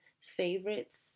favorites